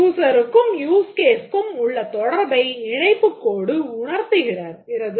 user க்கும் use case க்கும் உள்ள தொடர்பை இணைப்புக் கோடு உணர்த்துகிறது